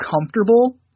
comfortable